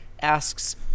asks